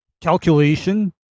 calculation